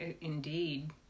Indeed